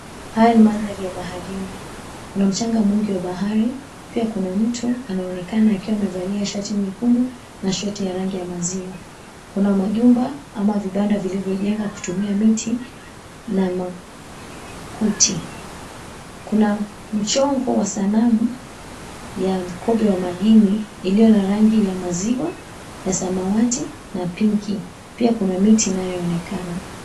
Haya ni mandhari ya baharini. Kuna mchanga mwingi wa bahari, pia kuna mtu anaonekana akiwa amevalia shati nyekundu na shoti ya rangi ya maziwa. Kuna majumba ama vibanda vilivyojenga kutumia miti na makuti. Kuna mchongo wa sanamu ya mkobe wa majini iliyo na rangi ya maziwa na samawati na pinki. Pia kuna miti inayoonekana.